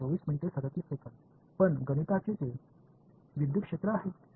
पण गणिताने ते विद्युत क्षेत्र आहेत